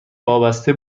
وابسته